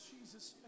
Jesus